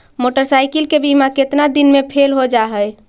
Motorcycle के बिमा केतना दिन मे फेल हो जा है?